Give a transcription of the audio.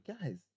Guys